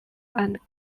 and